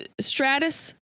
stratus